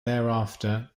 thereafter